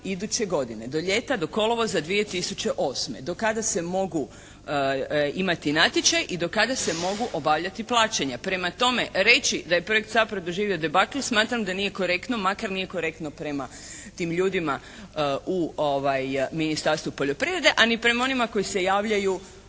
iduće godine, do ljeta, do kolovoza 2008., do kada se mogu imati natječaji i do kada se mogu obavljati plaćanja. Prema tome, reći da je projekt SAPARD doživio debakl smatram da nije korektno makar nije korektno prema tim ljudima u Ministarstvu poljoprivrede a ni prema onima koji se javljaju